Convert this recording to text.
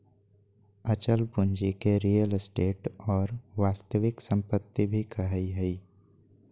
अचल पूंजी के रीयल एस्टेट और वास्तविक सम्पत्ति भी कहइ हइ